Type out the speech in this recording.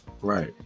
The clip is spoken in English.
right